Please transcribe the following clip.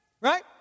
right